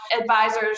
advisors